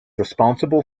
responsible